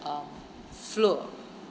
uh fleur